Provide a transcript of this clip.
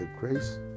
grace